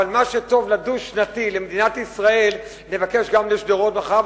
אבל מה שטוב בדו-שנתי למדינת ישראל נבקש גם לשדרות מחר,